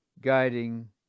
guiding